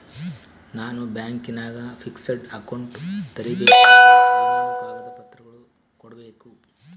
ನಾನು ಬ್ಯಾಂಕಿನಾಗ fixed account ತೆರಿಬೇಕಾದರೆ ಏನೇನು ಕಾಗದ ಪತ್ರ ಕೊಡ್ಬೇಕು?